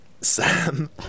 Sam